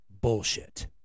bullshit